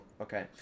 Okay